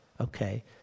Okay